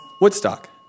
Woodstock